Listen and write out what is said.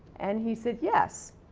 and, he said, yes,